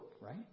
right